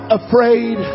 afraid